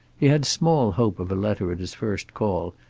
he had small hope of a letter at his first call,